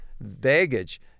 Baggage